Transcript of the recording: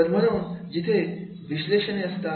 तर म्हणून तिथे विश्लेषणे असतात